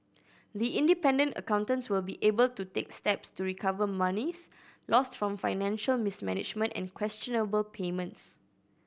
the independent accountants will be able to take steps to recover monies lost from financial mismanagement and questionable payments